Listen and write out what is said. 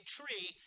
tree